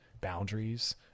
boundaries